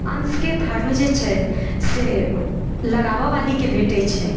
अँशके धर्म जे छै से लगाबैवालीके भेटै छै